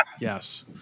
Yes